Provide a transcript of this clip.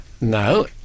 No